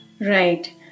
Right